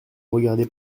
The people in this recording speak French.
regardez